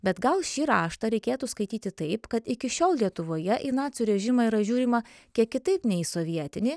bet gal šį raštą reikėtų skaityti taip kad iki šiol lietuvoje į nacių režimą yra žiūrima kiek kitaip nei į sovietinį